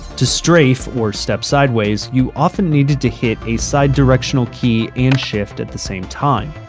to strafe or step sideways you often needed to hit a side directional key and shift at the same time.